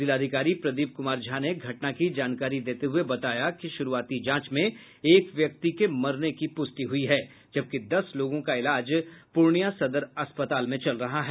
जिलाधिकारी प्रदीप कुमार झा ने घटना की जानकारी देते हुये बताया कि शुरूआती जांच में एक व्यक्ति के मरने की प्रष्टि हुई है जबकि दस लोगों का इलाज प्रर्णियां सदर अस्पताल में चल रहा है